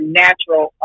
natural